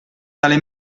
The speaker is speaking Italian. tale